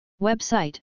Website